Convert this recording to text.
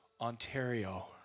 Ontario